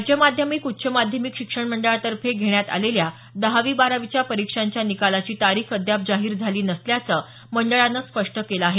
राज्य माध्यमिक उच्च माध्यमिक शिक्षण मंडळातर्फे घेण्यात आलेल्या दहावी बारावीच्या परिक्षांच्या निकालाची तारीख अद्याप जाहीर झाली नसल्याचं मंडळानं स्पष्ट केलं आहे